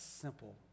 simple